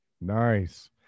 Nice